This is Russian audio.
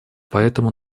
поэтому